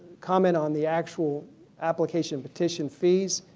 comment on the actual application petition fees,